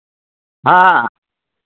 हाँ